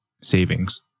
savings